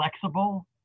flexible